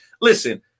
listen